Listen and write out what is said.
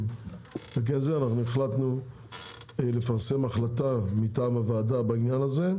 אנחנו החלטנו לפרסם החלטה מטעם הוועדה בעניין הזה,